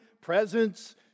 presence